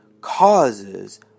causes